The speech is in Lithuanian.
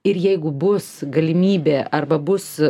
ir jeigu bus galimybė arba bus